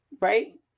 Right